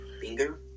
Finger